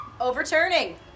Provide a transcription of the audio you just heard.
Overturning